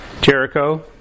Jericho